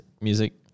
music